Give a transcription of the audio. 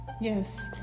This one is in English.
yes